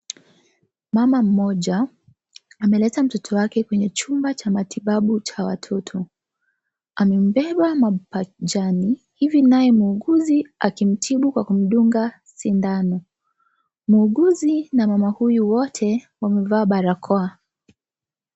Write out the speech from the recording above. Mama mmoja ameleta mtoto wake kwenye jumba cha matibabu cha watoto . Amembeba mapajani hivi naye muuguzi akmitibu Kwa kumdunga sindano. Muuguzi na mama huyu wote wamevaa barakoa.